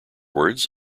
words